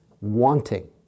wanting